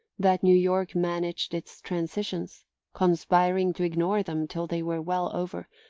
that new york managed its transitions conspiring to ignore them till they were well over,